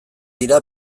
dira